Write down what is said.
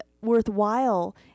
worthwhile